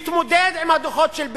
שיתמודד עם הדוחות של "בצלם"